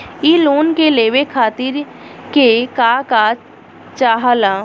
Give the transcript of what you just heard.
इ लोन के लेवे खातीर के का का चाहा ला?